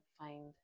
find